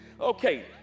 okay